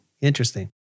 interesting